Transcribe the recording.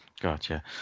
Gotcha